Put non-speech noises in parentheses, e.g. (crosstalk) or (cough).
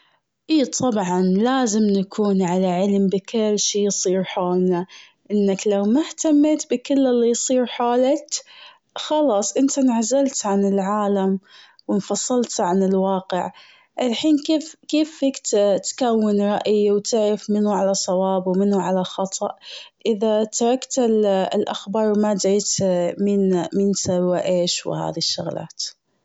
اي طبعاً لازم نكون على علم بكل شي يصير حولنا. إنك لو ما اهتميت بكل اللي يصير حولكج، خلاص إنت انعزلت عن العالم، و انفصلت عن الواقع. الحين كيف- كيف (hesitation) فيك تكون رأيي و تعرف منه على صواب و منه على خطأ إذا تركت (hesitation) ال- الأخبار و ما دريت (hesitation) مين- مين اللي سوا ايش.